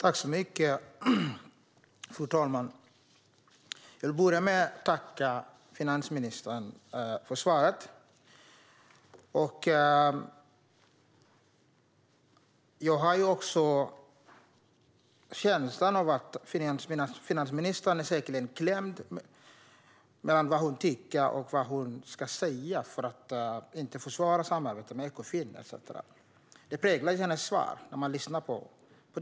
Fru talman! Jag vill börja med att tacka finansministern för svaret. Jag har känslan av att finansministern är klämd mellan vad hon tycker och vad hon ska säga för att inte försvåra samarbetet med Ekofin etcetera. Det präglar ju hennes svar när man lyssnar på det.